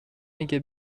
میگه